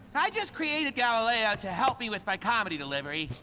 i just created galileo to help me with my comedy delivery.